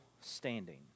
standing